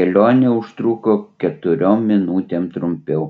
kelionė užtruko keturiom minutėm trumpiau